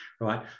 right